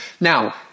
now